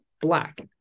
black